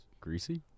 Greasy